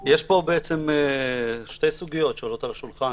יש לך משהו של מרדכי בן-דוד